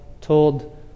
told